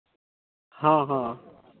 ᱦᱮᱸ ᱦᱮᱸ